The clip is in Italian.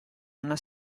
una